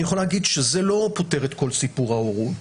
אני יכול להגיד שזה לא פותר את כל סיפור ההורות.